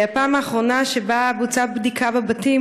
והפעם האחרונה שנעשתה בדיקה בבתים,